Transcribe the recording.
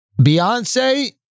Beyonce